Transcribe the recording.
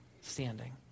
standing